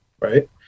right